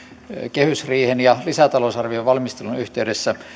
kehysriihen ja lisätalousarvion valmistelun yhteydessä